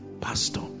pastor